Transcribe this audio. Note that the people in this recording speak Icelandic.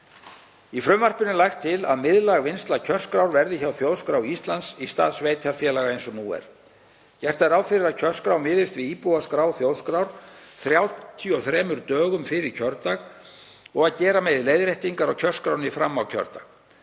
Í frumvarpinu er lagt til að miðlæg vinnsla kjörskrár verði hjá Þjóðskrá Íslands í stað sveitarfélaga eins og nú er. Gert er ráð fyrir að kjörskrá miðist við íbúaskrá þjóðskrár 33 dögum fyrir kjördag og að gera megi leiðréttingar á kjörskránni fram á kjördag.